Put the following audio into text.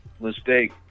mistake